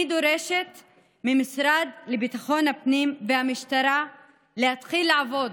אני דורשת מהמשרד לביטחון הפנים והמשטרה להתחיל לעבוד.